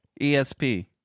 ESP